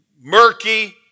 murky